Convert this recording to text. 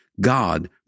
God